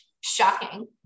Shocking